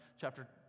chapter